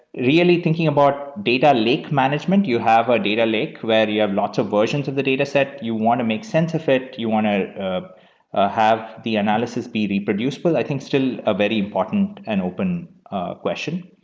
really, thinking about data lake management, you have a data lake where you have lots of versions of the dataset. you want to make sense if it. you want to ah ah have the analysis be reproducible i think is still a very important and open question.